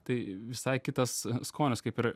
tai visai kitas skonis kaip ir